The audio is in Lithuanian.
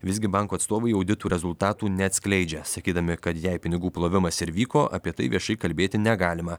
visgi banko atstovai auditų rezultatų neatskleidžia sakydami kad jei pinigų plovimas ir vyko apie tai viešai kalbėti negalima